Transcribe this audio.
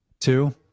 two